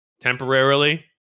temporarily